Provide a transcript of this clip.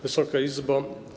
Wysoka Izbo!